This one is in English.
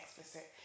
explicit